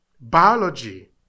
biology